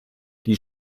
die